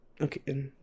okay